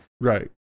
Right